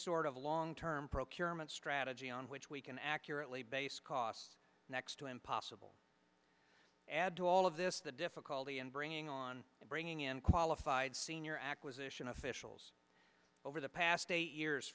sort of long term procurement strategy on which we can accurately base cost next to impossible add to all of this the difficulty in bringing on bringing in qualified senior acquisition officials over the past eight years